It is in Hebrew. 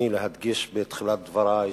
חבר הכנסת זחאלקה, אתה רשאי להתחיל בדבריך.